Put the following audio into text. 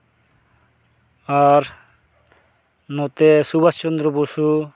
ᱟᱨ ᱱᱚᱛᱮ ᱥᱩᱵᱷᱟᱥ ᱪᱚᱱᱫᱨᱚ ᱵᱚᱥᱩ